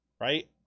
Right